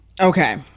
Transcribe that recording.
okay